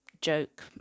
joke